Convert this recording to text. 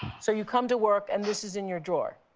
so you come to work, and this is in your drawer.